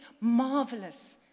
marvelous